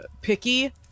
picky